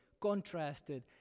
contrasted